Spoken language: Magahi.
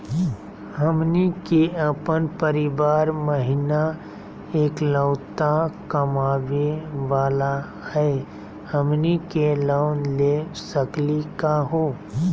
हमनी के अपन परीवार महिना एकलौता कमावे वाला हई, हमनी के लोन ले सकली का हो?